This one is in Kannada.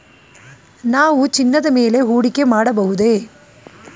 ನಾವು ಚಿನ್ನದ ಮೇಲೆ ಹೂಡಿಕೆ ಮಾಡಬಹುದೇ?